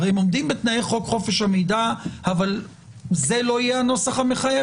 הם עומדים בתנאי חוק חופש המידע אבל זה לא יהיה הנוסח המחייב?